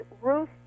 Ruth